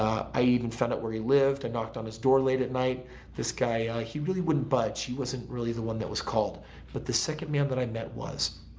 i even found out where he lived i knocked on his door late at night this guy he really wouldn't budge. he wasn't really the one that was called but the second man that i met was.